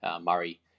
Murray